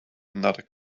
another